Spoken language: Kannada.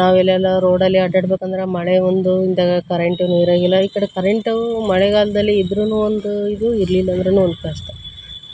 ನಾವು ಎಲ್ಲೆಲ್ಲೋ ರೋಡಲ್ಲಿ ಅಡ್ಡಾಡ್ಬೇಕಂದರೆ ಮಳೆ ಬಂದು ಒಂದು ಕರೆಂಟಿನ ಊರಾಗಿಲ್ಲ ಈ ಕಡೆ ಕರೆಂಟು ಮಳೆಗಾಲದಲ್ಲಿ ಇದ್ದರೂನು ಒಂದು ಇದು ಇರಲಿಲ್ಲ ಅಂದರೂನು ಒಂದು ಪ್ರಶ್ನೆ